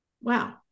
wow